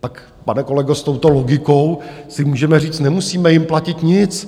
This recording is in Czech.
Pak, pane kolego, s touto logikou si můžeme říct, nemusíme jim platit nic.